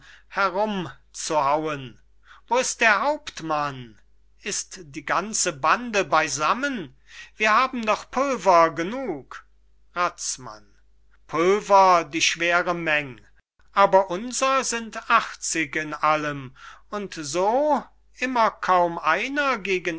herumzuhauen wo ist der hauptmann ist die ganze bande beysammen wir haben doch pulver genug razmann pulver die schwere meng aber unser sind achtzig in allem und so immer kaum einer gegen